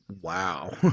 wow